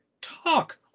talk